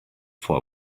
for